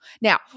Now